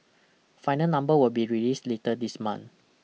final numbers will be released later this month